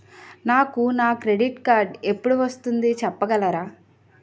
నాకు నా credit card ఎపుడు వస్తుంది చెప్పగలరా?